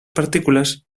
partículas